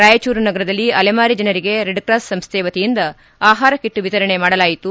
ರಾಯಚೂರು ನಗರದಲ್ಲಿ ಅಲೆಮಾರಿ ಜನರಿಗೆ ರೆಡ್ಕ್ರಾಸ್ ಸಂಸ್ಥೆ ವತಿಯಿಂದ ಘುಡ್ಕಿಟ್ ವಿತರಣೆ ಮಾಡಲಾಯಿತು